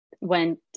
went